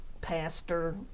pastor